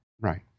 right